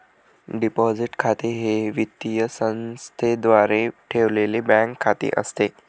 deposit खाते हे वित्तीय संस्थेद्वारे ठेवलेले बँक खाते असते